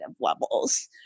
levels